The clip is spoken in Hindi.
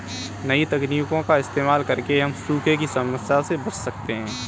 नई तकनीकों का इस्तेमाल करके हम सूखे की समस्या से बच सकते है